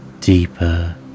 deeper